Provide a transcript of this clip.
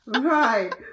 right